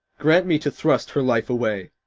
grant me to thrust her life away,